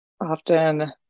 often